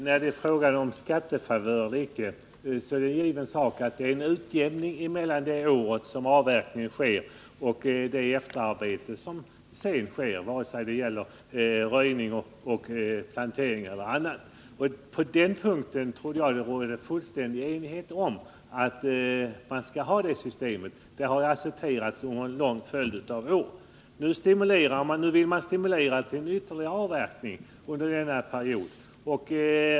Herr talman! I fråga om skattefavörer är det givet att det rör sig om en utjämning mellan det år då avverkningen sker och det senare arbetet, vare sig det gäller röjning, plantering eller annat. På den punkten trodde jag att det rådde full enighet om att man skall ha detta system, som har varit accepterat under en lång följd av år. Nu vill man stimulera till ytterligare avverkning under den här perioden.